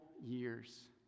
years